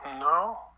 No